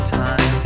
time